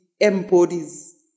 embodies